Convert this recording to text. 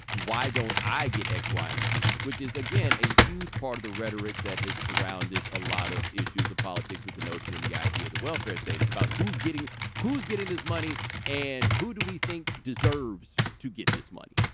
why don't i get x y and z which is again a huge part of the rhetoric that has surrounded a lot of issues of politics with the notion and the idea the welfare state it's about who's getting who's getting this money and who do we think deserves to get this money.